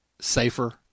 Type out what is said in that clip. safer